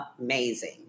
amazing